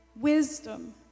wisdom